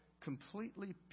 completely